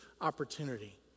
opportunity